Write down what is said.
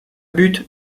but